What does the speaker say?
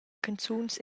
canzuns